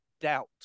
doubt